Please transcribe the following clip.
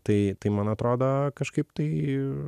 tai tai man atrodo kažkaip tai